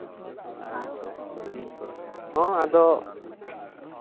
ᱟᱪᱪᱷᱟ ᱦᱚᱸ ᱟᱫᱚ